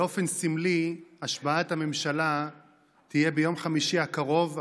באופן סמלי השבעת הממשלה תהיה ביום חמישי הקרוב,